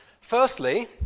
Firstly